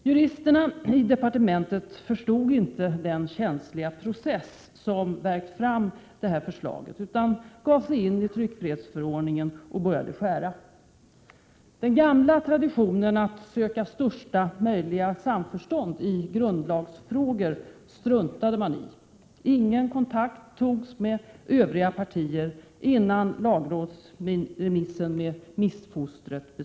Juristerna i departementet förstod inte den känsliga process som värkt fram detta förslag utan gav sig in i tryckfrihetsförordningen och började skära. Den gamla traditionen att söka största möjliga samförstånd i grundlagsfrågor struntade man i. Ingen kontakt togs med övriga partier innan man beslutade om lagrådsremissen med ”missfostret”.